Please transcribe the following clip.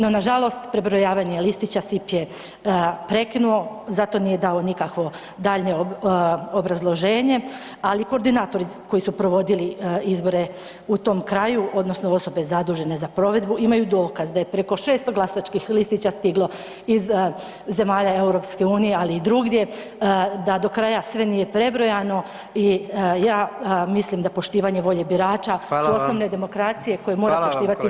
No nažalost prebrojavanje listića SIP je prekinuo, za to nije dao nikakvo daljnje obrazloženje, ali koordinatori koji su provodili izbore izbore u tom kraju odnosno osobe zadužene za provedbu imaju dokaz da je preko 600 glasačkih listića stiglo iz zemalja EU, ali i drugdje, da do kraja sve nije prebrojano i ja mislim da poštivanje volje birača [[Upadica: Hvala vam]] su osnove demokracije koje [[Upadica: Hvala vam kolegice Maksimčuk]] mora poštivati BiH.